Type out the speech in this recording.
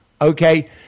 okay